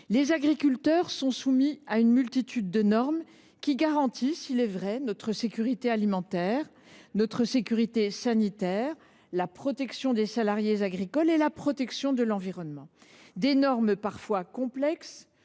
Les agriculteurs sont soumis à une multitude de normes qui garantissent, il est vrai, notre sécurité alimentaire, notre sécurité sanitaire, la protection des salariés agricoles et la protection de l’environnement. Ces normes sont parfois complexes,